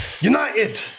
United